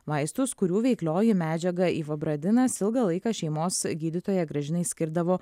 vaistus kurių veiklioji medžiaga ivabradinas ilgą laiką šeimos gydytoja gražinai skirdavo